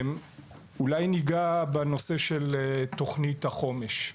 בנושא של תוכנית החומש,